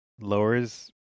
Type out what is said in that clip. lowers